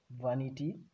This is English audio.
vanity